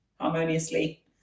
harmoniously